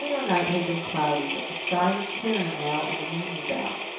the earlier night had been cloudy, but the sky was clearing now and the moon was out.